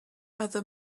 other